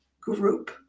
group